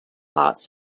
arts